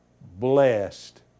blessed